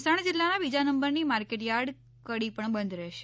મહેસાણા જીલ્લાના બીજા નંબરની માર્કેટયાર્ડ કડી પણ બંધ રહેશે